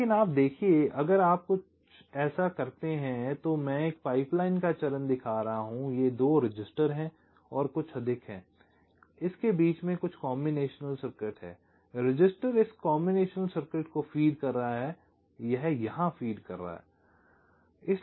लेकिन आप देखिए अगर आप ऐसा कुछ करते हैं तो मैं पाइपलाइन का एक चरण दिखा रहा हूं ये दो रजिस्टर हैं और कुछ अधिक हैं और इसके बीच में कुछ कॉम्बिनेशन सर्किट है रजिस्टर इस कॉम्बिनेशन सर्किट को फीड कर रहा है यह यहाँ फीड कर रहा है